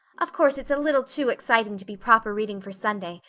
of course it's a little too exciting to be proper reading for sunday,